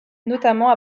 notamment